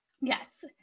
Yes